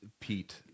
Pete